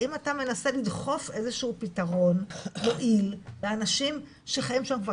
האם אתה מנסה לדחוף איזשהו פתרון יעיל לאנשים שחיים שם כבר